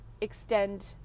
extend